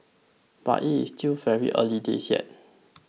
but it is still very early days yet